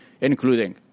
including